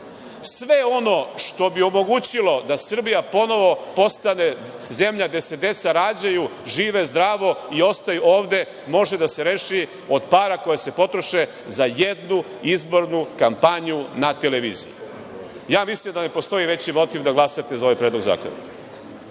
sve ono što bi omogućilo da Srbija ponovo postane zemlja gde se deca rađaju, žive zdravo i ostaju ovde, može da se reši od para koje se potroše za jednu izbornu kampanju na televiziju. Mislim da ne postoji veći motiv da glasate za ovaj predlog zakona.